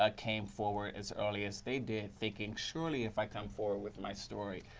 ah came forward as early as they did, thinking surely if i come forward with my story,